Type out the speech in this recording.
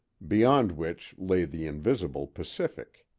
beyond which lay the invisible pacific.